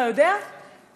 אתה יודע איך?